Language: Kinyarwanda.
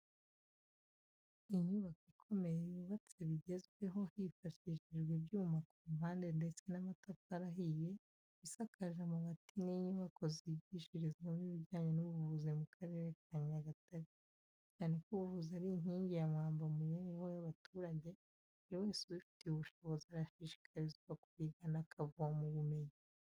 Inyubako ikomeye y'ubatse bigezweho hifashishijwe ibyuma ku mpande ndetse n'amatafari ahiye isakaje amabati n'inyubako zigishirizwamo ibijyanye n'ubuvuzi mu Karere ka Nyagatare, cyane ko ubuvuzi ari inkingi ya mwamba mu mibereho y'abaturage, buri wese ubifitiye ubushobozi arashishikarizwa kurigana akavoma ubumenyi.